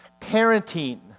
parenting